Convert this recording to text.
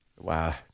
Wow